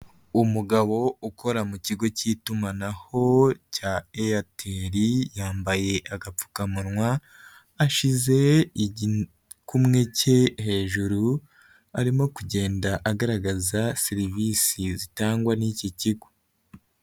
Umugabo ukora mu kigo k'itumanaho cya Airtel yambaye agapfukamunwa, ashize igikumwe ke hejuru, arimo kugenda agaragaza serivisi zitangwa n'iki kigo.